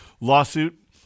lawsuit